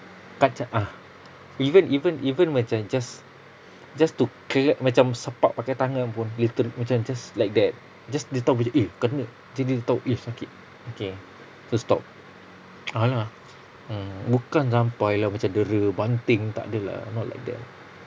kaca~ ah even even even macam just just to cla~ macam sepak pakai tangan pun litera~ macam just like that just dia tahu dia eh kena jadi dia tahu eh sakit okay so stop a'ah lah mm bukan sampai lah dera banting takde lah not like that